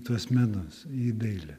tuos menus į dailę